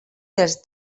dels